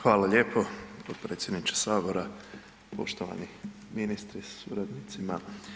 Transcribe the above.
Hvala lijepo potpredsjedniče sabora, poštovani ministri sa suradnicima.